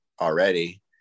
already